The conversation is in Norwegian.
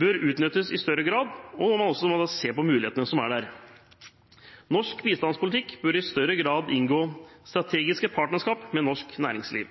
bør gjøres i større grad, og man må også se på mulighetene som er der. Norsk bistandspolitikk bør i større grad inngå strategiske partnerskap med norsk næringsliv.